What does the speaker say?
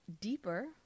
deeper